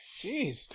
Jeez